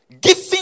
Giving